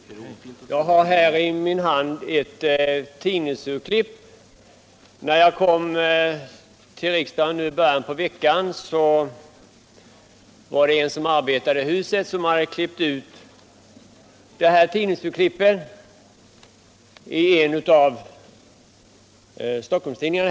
Herr talman! Jag har i min hand ett tidningsurklipp. När jag kom tillbaka till riksdagen i början av veckan hade en som arbetar här i huset klippt ur den ur en av Stockholmstidningarna.